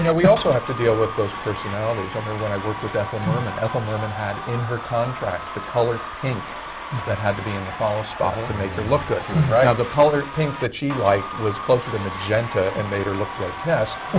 yeah we also have to deal with those personalities. i mean when i worked with ethel merman, ethel merman had in her contract the color pink that had to be in the follow-spot to make her look good. she was right. now the color pink that she liked was closer to magenta and made her look grotesque,